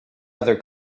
other